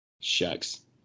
Shucks